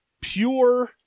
pure